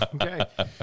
Okay